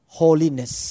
holiness